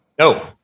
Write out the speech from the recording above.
No